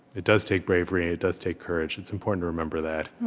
it does take bravery, and it does take courage. it's important to remember that.